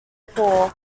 fall